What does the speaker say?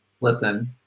Listen